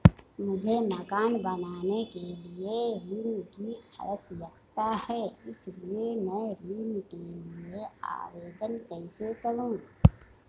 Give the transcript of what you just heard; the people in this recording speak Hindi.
मुझे मकान बनाने के लिए ऋण की आवश्यकता है इसलिए मैं ऋण के लिए आवेदन कैसे करूं?